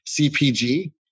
CPG